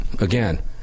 again